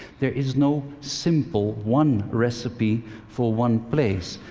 there is no simple one recipe for one place.